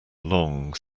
long